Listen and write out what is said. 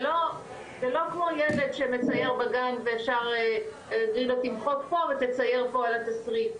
זה לא כמו ילד שמצייר בגן ואפשר להגיד לו תמחק פה ותצייר פה על התשריט,